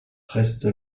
reste